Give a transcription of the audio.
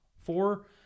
Four